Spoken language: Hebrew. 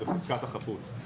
זאת פסקת החפות.